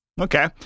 Okay